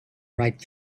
write